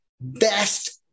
best